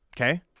Okay